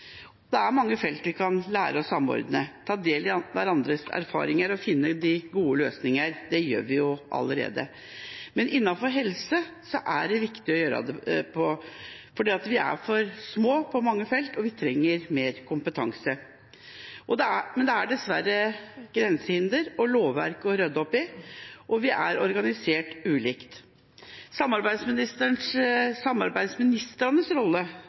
Det er mange felt vi kan lære å samordne, ta del i hverandres erfaringer og finne gode løsninger på – det gjør vi allerede. Men innenfor helse er det viktig å gjøre det, for vi er for små på mange felt, og vi trenger mer kompetanse. Det er dessverre grensehinder og lovverk å rydde opp i, og vi er ulikt organisert. Samarbeidsministernes rolle